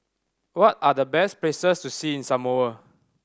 what are the best places to see in Samoa